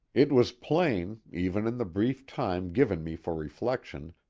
it was plain, even in the brief time given me for reflection,